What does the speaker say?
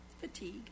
fatigue